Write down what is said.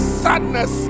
sadness